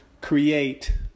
create